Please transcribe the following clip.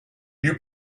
you